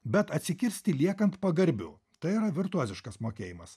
bet atsikirsti liekant pagarbiu tai yra virtuoziškas mokėjimas